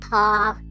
Paul